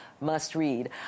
must-read